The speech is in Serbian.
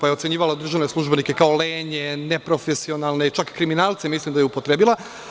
Ocenjivala je državne službenike kao lenje, neprofesionalne, čak i reč kriminalci mislim da je upotrebila.